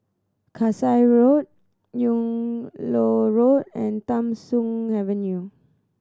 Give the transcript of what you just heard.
Kasai Road Yung Loh Road and Tham Soong Avenue